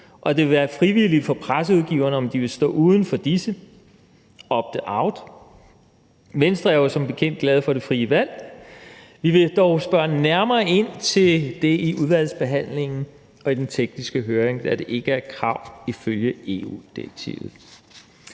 det vil være frivilligt for presseudgiverne, om de vil stå uden for disse; opte out. Venstre er jo som bekendt glade for det frie valg. Vi vil dog spørge nærmere ind til det i udvalgsbehandlingen og under den tekniske høring, da det ikke er et krav ifølge EU-direktivet.